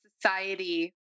Society